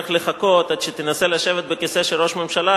לחכות עד שתנסה לשבת בכיסא של ראש ממשלה,